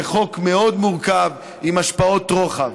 זה חוק מאוד מורכב עם השפעות רוחב.